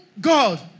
God